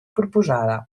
proposada